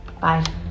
Bye